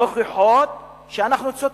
מוכיחים שאנחנו צודקים,